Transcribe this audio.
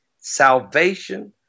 salvation